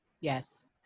yes